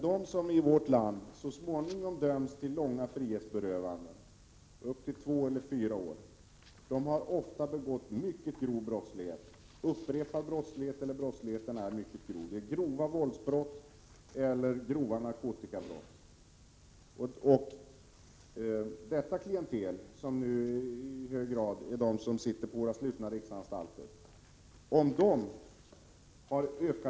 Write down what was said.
De i vårt land som så småningom döms till långa frihetsberövanden, upp till två eller fyra år, har ofta begått mycket grova brott eller bedrivit upprepad brottslighet. Det handlar om grova våldsbrott eller grova narkotikabrott. Det är till stor del detta klientel som är intaget på våra slutna anstalter.